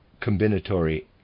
combinatory